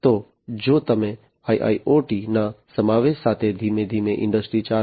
તો જો તમે IIoT ના સમાવેશ સાથે ધીમે ધીમે ઇન્ડસ્ટ્રી 4